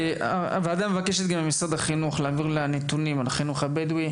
הוועדה מבקשת ממשרד החינוך להעביר אליה נתונים על החינוך במגזר הבדואי: